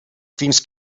fins